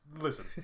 Listen